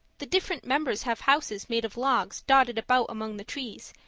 the different members have houses made of logs dotted about among the trees,